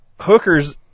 hookers